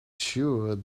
sure